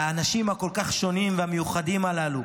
לאנשים השונים כל כך והמיוחדים הללו.